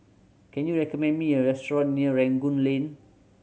can you recommend me a restaurant near Rangoon Lane